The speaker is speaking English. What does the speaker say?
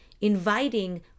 inviting